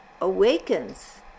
awakens